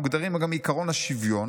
מוגדרים גם עקרון השוויון